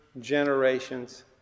Generations